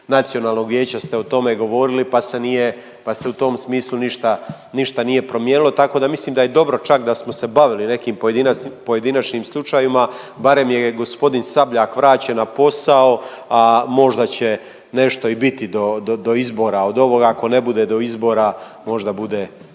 Nacionalnog vijeća ste o tome govorili, pa se u tom smislu ništa nije promijenilo. Tako da mislim da je dobro čak da smo se bavili nekim pojedinačnim slučajevima. Barem je gospodin Sabljak vraćen na posao, a možda će nešto i biti do izbora od ovoga. Ako ne bude do izbora, možda bude